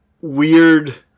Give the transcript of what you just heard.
weird